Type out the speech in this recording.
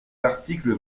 l’article